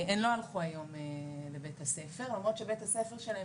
הן לא הלכו היום לבית הספר למרות שבית הספר שלהן